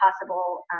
possible